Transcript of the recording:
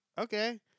okay